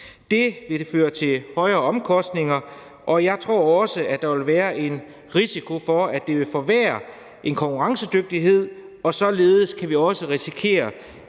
Det vil føre til højere omkostninger, og jeg tror også, at der vil være en risiko for, at det vil forværre konkurrencedygtigheden, og således kan vi også risikere,